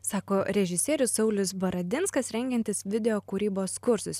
sako režisierius saulius baradinskas rengiantis video kūrybos kursus